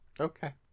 Okay